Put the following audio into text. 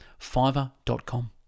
fiverr.com